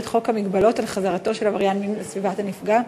חוק מגבלות על חזרתו של עבריין מין לסביבת הנפגע,